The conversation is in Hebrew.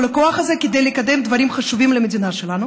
לא כדי להשתמש בכל הכוח הזה כדי לקדם דברים חשובים למדינה שלנו,